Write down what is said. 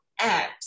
apps